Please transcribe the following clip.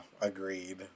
agreed